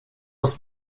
oss